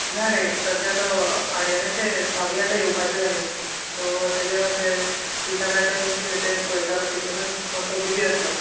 ना रे सद्द्या तो आर्यनाची धावी आतां येवपाची जाली न्ही सो ताजे मातशें टुशनाचें बी कितें तें पळयतालो तितुनूच मातसो बिजी आसलो